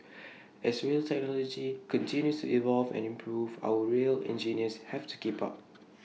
as rail technology continues to evolve and improve our rail engineers have to keep up